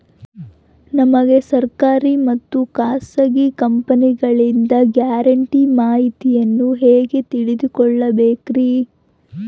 ನಮಗೆ ಸರ್ಕಾರಿ ಮತ್ತು ಖಾಸಗಿ ಕಂಪನಿಗಳಿಂದ ಗ್ಯಾರಂಟಿ ಮಾಹಿತಿಯನ್ನು ಹೆಂಗೆ ತಿಳಿದುಕೊಳ್ಳಬೇಕ್ರಿ?